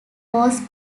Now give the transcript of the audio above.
was